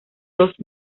dos